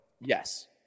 Yes